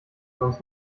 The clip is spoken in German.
sonst